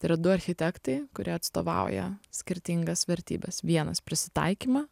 tai yra du architektai kurie atstovauja skirtingas vertybes vienas prisitaikymą